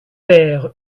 père